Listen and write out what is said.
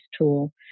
tool